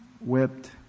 whipped